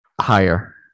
Higher